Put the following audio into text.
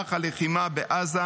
במהלך הלחימה בעזה.